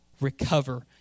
recover